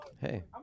Hey